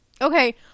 okay